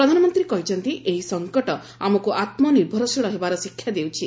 ପ୍ରଧାନମନ୍ତ୍ରୀ କହିଛନ୍ତି ଏହି ସଙ୍କଟ ଆମକୁ ଆତ୍ମନିର୍ଭର ହେବାର ଶିକ୍ଷା ଦେଇଛି